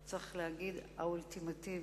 צריך להגיד האולטימטיבי,